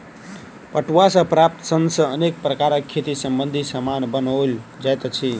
पटुआ सॅ प्राप्त सन सॅ अनेक प्रकारक खेती संबंधी सामान बनओल जाइत अछि